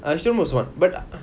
I assume was one but e~